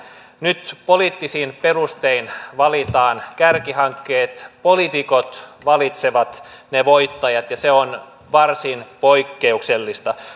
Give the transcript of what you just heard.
nyt poliittisin perustein valitaan kärkihankkeet poliitikot valitsevat ne voittajat ja se on varsin poikkeuksellista